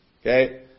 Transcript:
Okay